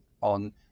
on